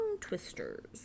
twisters